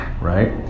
right